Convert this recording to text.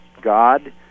God